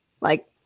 Like-